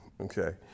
Okay